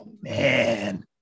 Man